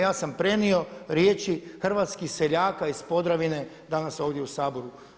Ja sam prenio riječi hrvatskih seljaka iz Podravine danas ovdje u Saboru.